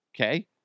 okay